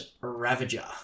Ravager